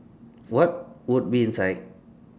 what would be inside